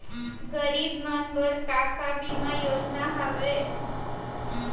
गरीब मन बर का का बीमा योजना हावे?